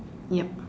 ya